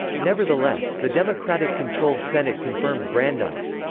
nevertheless, the democratic-controlled senate confirmed brandeis.